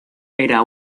era